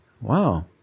wow